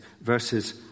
verses